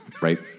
right